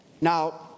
Now